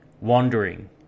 wandering